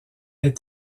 est